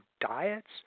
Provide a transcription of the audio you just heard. diets